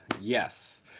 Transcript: yes